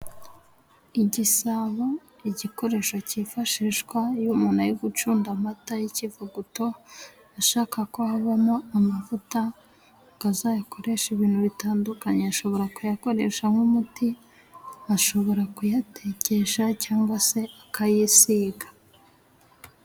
Igisabo igikoresho cyifashishwa iyo umuntu ari gucunda amata y'ikivuguto, ashaka ko havamo amavuta azayakoreshe ibintu bitandukanye. Ashobora kuyakoresha nk'umuti, ashobora kuyatekesha cyangwa se akayisiga.